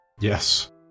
Yes